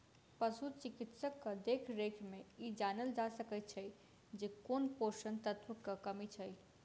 पशु चिकित्सकक देखरेख मे ई जानल जा सकैत छै जे कोन पोषण तत्वक कमी छै